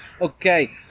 Okay